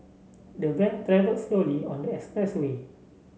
the van travel slowly on the expressway